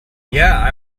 yeah